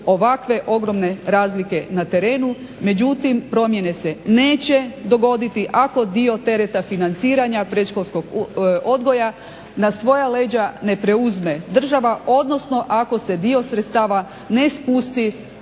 ovakve ogromne razlike na terenu međutim promjene se neće dogoditi ako dio tereta financiranja predškolskog odgoja na svoja leđa ne preuzme država odnosno ako se dio sredstava ne spusti